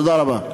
תודה רבה.